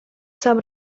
sam